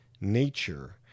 nature